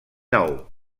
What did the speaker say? nou